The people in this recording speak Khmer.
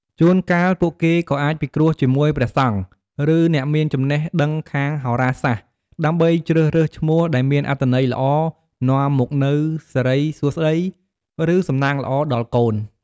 ជួនកាល ពួកគេក៏អាចពិគ្រោះជាមួយព្រះសង្ឃ ឬ អ្នកមានចំណេះដឹងខាងហោរាសាស្ត្រ ដើម្បីជ្រើសរើសឈ្មោះដែលមានអត្ថន័យល្អ នាំមកនូវសិរីសួស្តី ឬ សំណាងល្អដល់កូន។